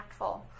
impactful